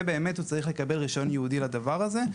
צריך לקבל רישיון ייעודי לדבר הזה.